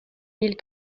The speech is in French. mille